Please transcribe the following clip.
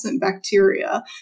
bacteria